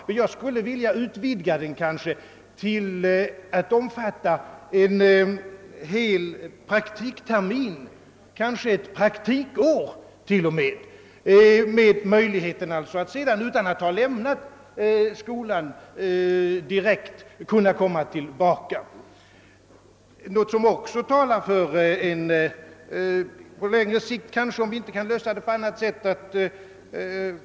Men jag skulle vilja utvidga det till att omfatta en hel praktiktermin, kanske till och med ett praktikår, med möjlighet för eleven att sedan direkt komma tillbaka till skolan utan att ha lämnat den. Något som också talar för en temporär befrielse från nionde skolåret är, som fröken Olsson framhöll, den utbyggda vuxenundervisningen.